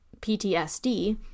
PTSD